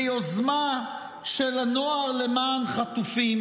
ביוזמה של הנוער למען חטופים,